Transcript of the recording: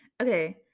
Okay